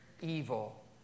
evil